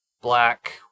black